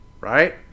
right